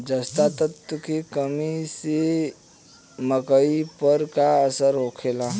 जस्ता तत्व के कमी से मकई पर का असर होखेला?